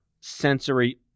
sensory